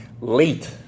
late